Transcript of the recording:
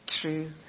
true